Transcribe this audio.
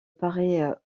parait